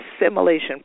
assimilation